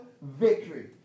victory